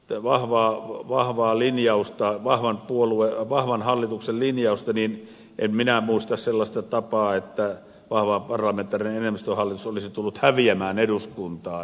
työ vahvaa vahvaa linjausta enemmistöhallituksen kannalta vahvan hallituksen linjausta niin en minä muista sellaista tapaa että vahva parlamentaarinen enemmistöhallitus olisi tullut häviämään eduskuntaan